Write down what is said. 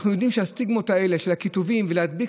אנחנו יודעים שהסטיגמות האלה של הקיטובים ולהדביק